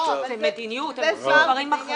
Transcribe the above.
זו מדיניות, הם עושים דברים אחרים.